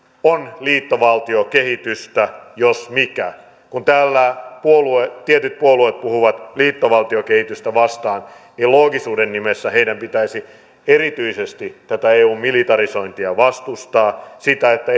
on liittovaltiokehitystä jos mikä kun täällä tietyt puolueet puhuvat liittovaltiokehitystä vastaan niin loogisuuden nimissä heidän pitäisi erityisesti tätä eun militarisointia vastustaa sitä että